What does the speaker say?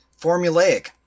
formulaic